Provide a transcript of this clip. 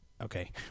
Okay